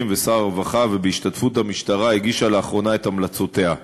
ושר הרווחה ובהשתתפות המשטרה הגישה לאחרונה את המלצותיה.